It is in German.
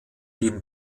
dem